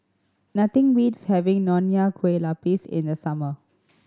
nothing beats having Nonya Kueh Lapis in the summer